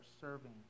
serving